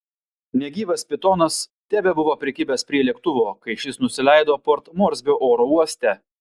negyvas pitonas tebebuvo prikibęs prie lėktuvo kai šis nusileido port morsbio oro uoste